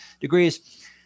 degrees